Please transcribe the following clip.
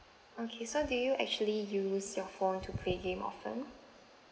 okay so do you actually use your phone to play game often